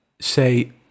say